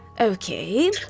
Okay